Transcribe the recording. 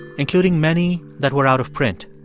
including many that were out of print.